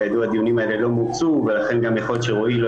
כידוע הדיונים האלה לא מוצו ולכן גם יכול להיות שרועי לא